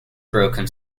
broken